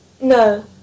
No